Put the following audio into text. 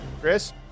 Chris